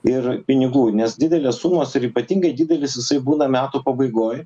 ir pinigų nes didelės sumos ir ypatingai didelis jisai būna metų pabaigoj